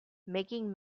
making